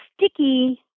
sticky